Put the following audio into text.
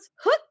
Hook